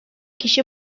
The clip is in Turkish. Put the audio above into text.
kişi